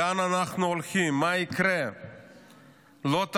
לאן אנחנו הולכים, מה יקרה.